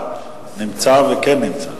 נמצא, כן נמצא,